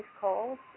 calls